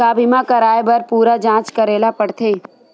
का बीमा कराए बर पूरा जांच करेला पड़थे?